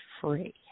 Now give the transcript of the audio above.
free